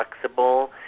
flexible